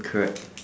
correct